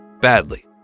badly